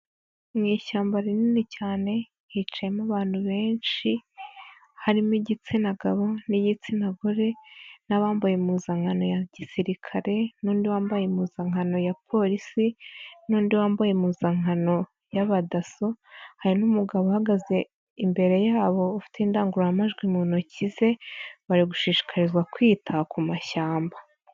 Mu ishyamba rinini cyane, hicayemo abantu benshi, harimo igitsina gabo n'igitsina gore n'abambaye impuzankano ya gisirikare n'undi wambaye impuzankano ya polisi n'undi wambaye impuzankano y'abadasso, hari n'umugabo uhagaze imbere yabo ufite indangururamajwi mu ntoki ze, bari gushishikarizwa kwita ku mashyamba.